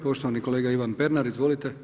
Poštovani kolega Ivan Pernar, izvolite.